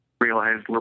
realized